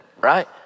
right